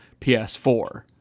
PS4